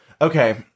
Okay